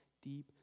deep